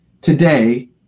today